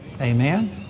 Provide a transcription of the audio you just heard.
Amen